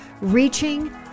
reaching